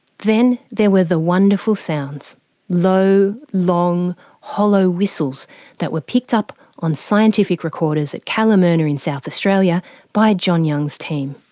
then, there were the wonderful sounds low, long hollow whistles that were picked up on scientific recorders at kalamurina in south australia by john young's team.